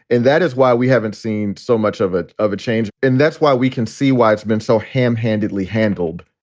and that is why we haven't seen so much of it of a change. and that's why we can see why it's been so ham handedly handled.